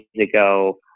ago